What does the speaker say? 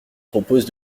propose